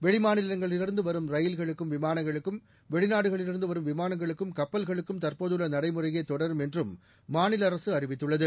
வெளிமாநிலங்களிலிருந்து வரும் ரயில்களுக்கும் விமானங்களுக்கும் வெளிநாடுகளிலிருந்து விமானங்களுக்கும் கப்பல்களுக்கும் வரும் தற்போதுள்ள நடைமுறையே தொடரும் என்றும் மாநில அறிவித்துள்ளது